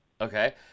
okay